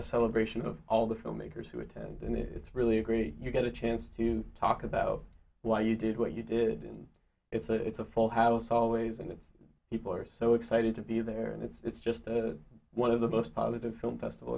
a celebration of all the filmmakers who attend and it's really agree you get a chance to talk about why you did what you did and it's a it's a full house always and the people are so excited to be there and it's just one of the most positive film festival